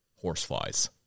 horseflies